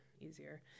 easier